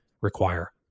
require